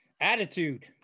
Attitude